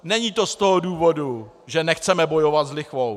Není to z toho důvodu, že nechceme bojovat s lichvou.